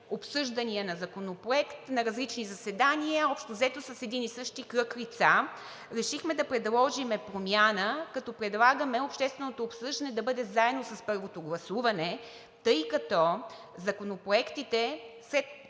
обсъждания на законопроект на различни заседания общо взето с един и същи кръг лица, решихме да предложим промяна, като предлагаме общественото обсъждане да бъде заедно с първото гласуване, тъй като законопроектите след